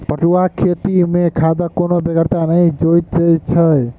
पटुआक खेती मे खादक कोनो बेगरता नहि जोइत छै